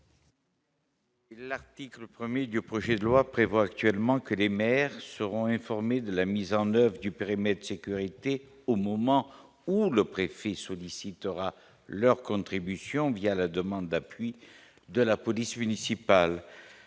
L'article 1er du projet de loi prévoit actuellement que les maires seront informés de la mise en oeuvre du périmètre sécurité au moment où le préfet sollicitera leur contribution via la demande d'appui de la police municipale,